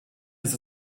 ist